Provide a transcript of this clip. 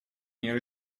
мир